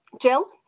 Jill